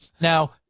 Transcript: now